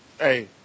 Hey